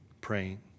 praying